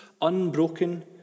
unbroken